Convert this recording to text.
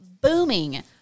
booming